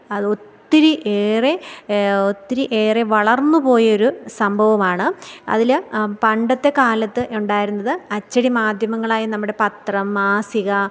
അത് ഒത്തിരി ഏറെ ഒത്തിരി ഏറെ ഒത്തിരി ഏറെ വളർന്നു പോയ ഒരു സംഭവമാണ് അതിൽ പണ്ടത്തെ കാലത്ത് ഉണ്ടായിരുന്നത് അച്ചടി മാധ്യമങ്ങളായ നമ്മുടെ പത്രം മാസിക